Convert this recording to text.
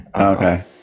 Okay